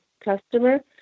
customer